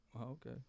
Okay